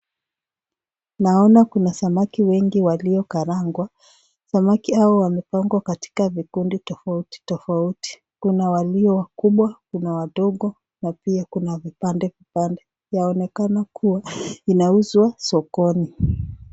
Naona kuna samaki wengi waliokarangwa. Samaki hao wamepangwa katika vikundi tofauti tofauti. Kuna walio kubwa, kuna wadogo na pia kuna vipande vipande. Yaonekana kuwa inauzwa sokoni.